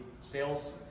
sales